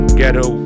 ghetto